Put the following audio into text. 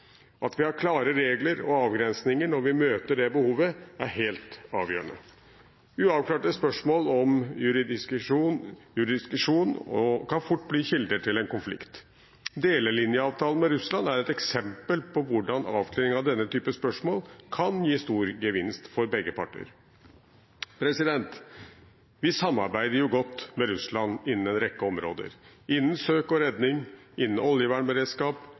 At vi har klare regler og avgrensninger når vi møter det behovet, er helt avgjørende. Uavklarte spørsmål om jurisdiksjon kan fort bli kilder til en konflikt. Delelinjeavtalen med Russland er et eksempel på hvordan avklaring av denne type spørsmål kan gi stor gevinst for begge parter. Vi samarbeider godt med Russland innen en rekke områder – innen søk og redning, oljevernberedskap,